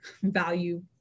value